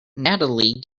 natalie